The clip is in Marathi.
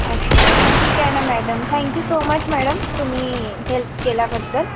अच्छा ठीक आहे ना madam thank you so much madam तुम्ही हेल्प केल्याबद्दल